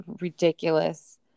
ridiculous